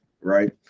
right